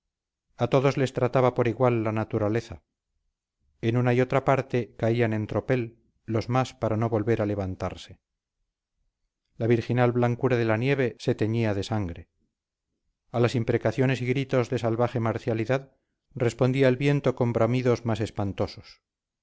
a todos les trataba por igual la naturaleza en una y otra parte caían en tropel los más para no volver a levantarse la virginal blancura de la nieve se teñía de sangre a las imprecaciones y gritos de salvaje marcialidad respondía el viento con bramidos más espantosos